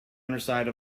underside